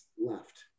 left